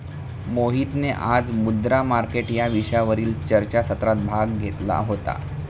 मोहितने आज मुद्रा मार्केट या विषयावरील चर्चासत्रात भाग घेतला होता